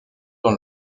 dans